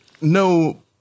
no